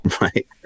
Right